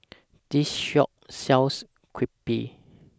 This Shop sells Crepe